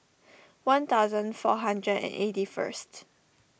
one thousand four hundred and eighty first